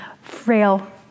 frail